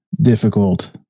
difficult